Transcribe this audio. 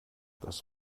das